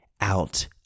out